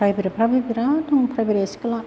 प्राइभेटफोराबो गोबां दं फ्राइबेथ स्कुला